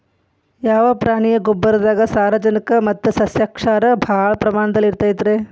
ಯಾವ ಪ್ರಾಣಿಯ ಗೊಬ್ಬರದಾಗ ಸಾರಜನಕ ಮತ್ತ ಸಸ್ಯಕ್ಷಾರ ಭಾಳ ಪ್ರಮಾಣದಲ್ಲಿ ಇರುತೈತರೇ?